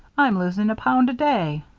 i'm losing a pound a day.